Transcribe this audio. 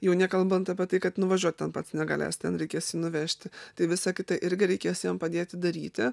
jau nekalbant apie tai kad nuvažiuot ten pats negalės ten reikės jį nuvežti tai visa kita irgi reikės jam padėti daryti